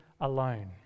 alone